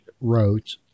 wrote